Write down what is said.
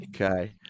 Okay